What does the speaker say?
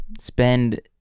spend